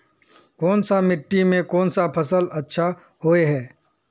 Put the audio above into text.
कोन सा मिट्टी में कोन फसल अच्छा होय है?